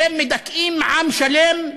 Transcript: אתם מדכאים עם שלם,